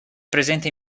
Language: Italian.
presente